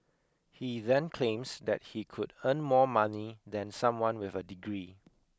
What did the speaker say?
he then claims that he could earn more money than someone with a degree